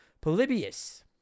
Polybius